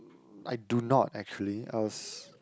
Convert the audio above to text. I do not actually I was